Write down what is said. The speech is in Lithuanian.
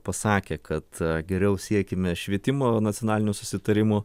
pasakė kad geriau siekime švietimo nacionalinio susitarimų